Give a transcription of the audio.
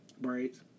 Braids